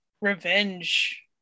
revenge